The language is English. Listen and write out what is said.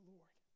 Lord